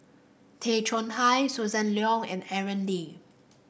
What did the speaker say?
Tay Chong Hai Susan Leong and Aaron Lee